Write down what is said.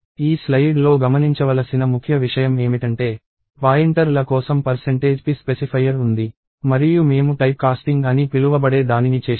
ఈ స్లయిడ్లో గమనించవలసిన ముఖ్య విషయం ఏమిటంటే పాయింటర్ల కోసం p స్పెసిఫైయర్ ఉంది మరియు మేము టైప్కాస్టింగ్ అని పిలువబడే దానిని చేశాము